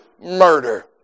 murder